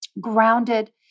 grounded